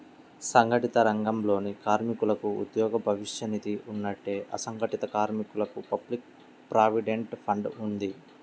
సంఘటిత రంగాలలోని కార్మికులకు ఉద్యోగ భవిష్య నిధి ఉన్నట్టే, అసంఘటిత కార్మికులకు పబ్లిక్ ప్రావిడెంట్ ఫండ్ ఉంది